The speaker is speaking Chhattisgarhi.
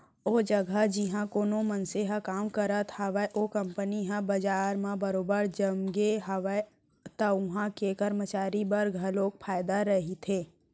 ओ जघा जिहाँ कोनो मनसे ह काम करत हावय ओ कंपनी ह बजार म बरोबर जमगे हावय त उहां के करमचारी बर घलोक फायदा रहिथे